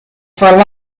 for